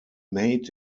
made